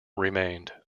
remained